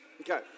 Okay